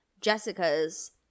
Jessica's